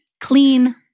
clean